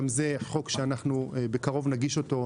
גם זה חוק שבקרוב נגיש אותו.